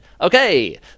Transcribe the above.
Okay